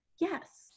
yes